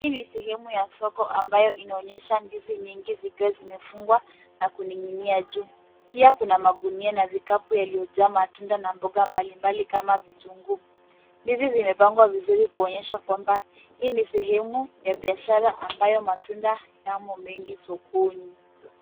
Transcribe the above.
Hii ni sehemu ya soko ambayo inaonesha ndizi nyingi zikiwa zimefungwa na kuninginia juu. Pia kuna magunia na vikapu yaliyojaa matunda na mboga mbalimbali kama vitunguu. Ndizi zimepangwa vizuri kuonesha kwamba hii sehemu ya biashara ambayo matunda yamo mengi sokoni.